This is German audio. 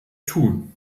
tun